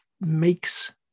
makes